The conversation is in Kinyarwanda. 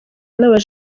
n’aba